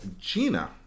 Gina